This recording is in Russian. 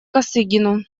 косыгину